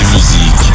Music